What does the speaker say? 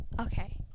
Okay